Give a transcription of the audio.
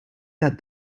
that